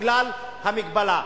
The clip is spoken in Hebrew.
בגלל המגבלה.